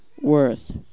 Worth